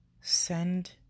send